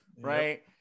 right